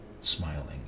smiling